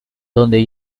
donde